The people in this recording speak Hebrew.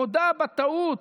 מודה בטעות,